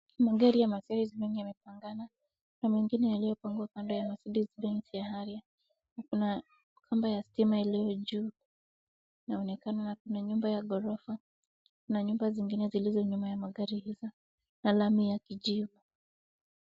Magari ya Mercedes mengi yamepangana, na mengine yaliyopangwa kando ya Mercedes-Benz ya haria. Na kuna kamba ya stima iliyo juu, na onekano na kuna nyumba ya gorofa, na nyumba zingine zilizo nyuma ya magari hizo, na lami ya kijivu.